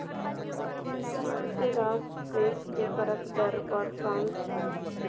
मारिते रास देश मे करक दर बड़ कम छै